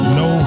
no